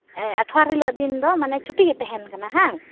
ᱦᱮᱸ ᱟᱴᱷᱣᱟᱨ ᱦᱤᱞᱳᱜ ᱫᱤᱱ ᱫᱚ ᱢᱟᱱᱮ ᱪᱷᱩᱴᱤ ᱜᱮ ᱛᱟᱦᱮᱱ ᱠᱟᱱᱟ ᱦᱮᱸᱼᱵᱟᱝ